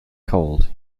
cold